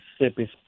Mississippi